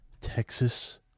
Texas